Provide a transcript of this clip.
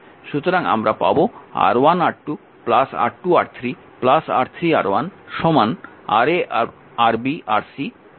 সুতরাং আমরা পাব R1R2 R2R3 R3R1 Ra Rb Rc Ra Rb Rc